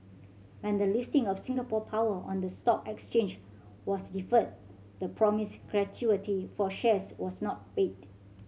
when the listing of Singapore Power on the stock exchange was deferred the promised gratuity for shares was not paid